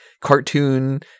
cartoon